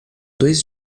dois